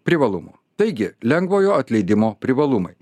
privalumų taigi lengvojo atleidimo privalumai